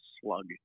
slug